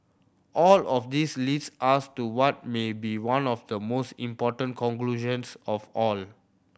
all of this leads us to what may be one of the most important conclusions of all